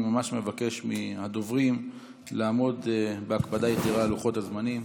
אני ממש מבקש מהדוברים לעמוד בהקפדה יתרה על לוחות הזמנים.